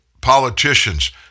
politicians